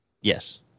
Yes